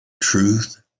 Truth